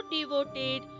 devoted